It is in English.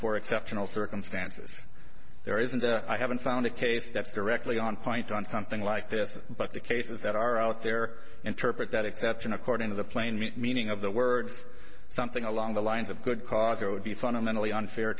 for exceptional circumstances there isn't i haven't found a case that's directly on point on something like this but the cases that are out there interpret that exception according to the plain meat meaning of the words something along the lines of good cause it would be fundamentally unfair